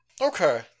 Okay